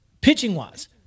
pitching-wise